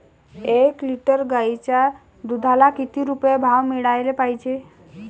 एक लिटर गाईच्या दुधाला किती रुपये भाव मिळायले पाहिजे?